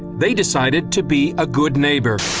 they decided to be a good neighbor.